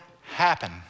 happen